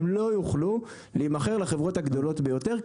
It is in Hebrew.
הן לא יוכלו להימכר לחברות הגדולות ביותר,